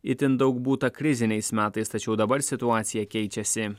itin daug būta kriziniais metais tačiau dabar situacija keičiasi